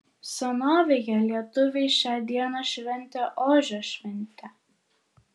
senovėje lietuviai šią dieną šventė ožio šventę